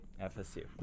FSU